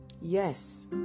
Yes